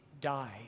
die